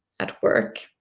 at work.